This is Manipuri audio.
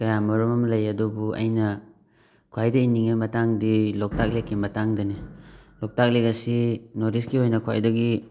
ꯀꯌꯥ ꯃꯔꯨꯝ ꯑꯃ ꯂꯩ ꯑꯗꯨꯕꯨ ꯑꯩꯅ ꯈ꯭ꯋꯥꯏꯗꯒꯤ ꯏꯅꯤꯡꯂꯤꯕ ꯃꯇꯥꯡꯗꯤ ꯂꯣꯛꯇꯥꯛ ꯂꯦꯛꯀꯤ ꯃꯇꯥꯡꯗꯅꯤ ꯂꯣꯛꯇꯥꯛ ꯂꯦꯛ ꯑꯁꯤ ꯅꯣꯔꯠ ꯏꯁꯠꯀꯤ ꯑꯣꯏꯅ ꯈ꯭ꯋꯥꯏꯗꯒꯤ